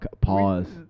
pause